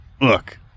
Look